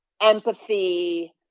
empathy